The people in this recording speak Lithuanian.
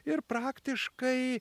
ir praktiškai